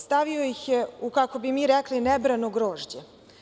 Stavio ih je u, kako bi mi rekli, nebrano grožđe.